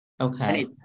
Okay